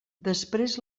després